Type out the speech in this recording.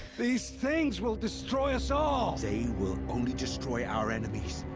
these things will destroy us all! they will only destroy our enemies.